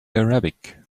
arabic